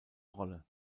rolle